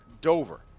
Dover